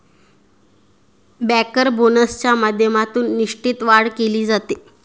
banker बोनसच्या माध्यमातून निष्ठेत वाढ केली जाते